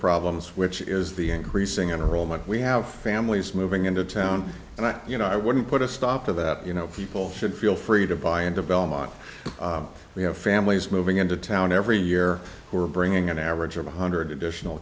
problems which is the increasing enrollment we have families moving into town and i you know i wouldn't put a stop to that you know people should feel free to buy into belmont we have families moving into town every year who are bringing an average of one hundred additional